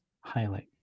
highlight